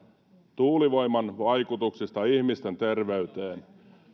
tuulivoiman vaikutuksista ihmisten terveyteen